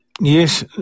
Yes